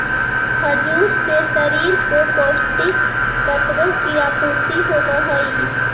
खजूर से शरीर को पौष्टिक तत्वों की आपूर्ति होवअ हई